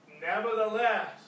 Nevertheless